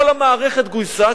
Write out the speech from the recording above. כל המערכת גויסה,